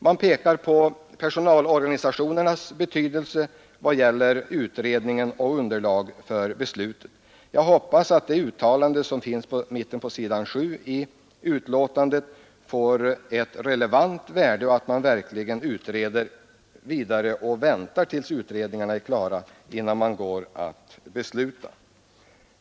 Man pekar på personalorganisationernas betydelse i vad gäller utredningen och underlaget för beslutet. Jag hoppas att uttalandet mitt på s. 7 i utskottsbetänkandet tillmäts relevans och att man verkligen fortsätter utredningsarbetet och avvaktar resultatet härav innan man går till beslut.